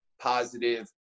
positive